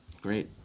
Great